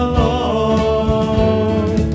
lord